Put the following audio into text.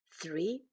three